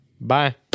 Bye